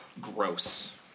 gross